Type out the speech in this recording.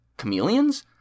chameleons